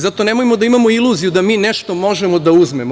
Zato nemojmo da imamo iluziju da mi nešto možemo da uzmemo.